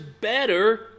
better